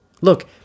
Look